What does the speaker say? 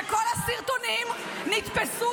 בשונה מהפחדנים ומהחנפנים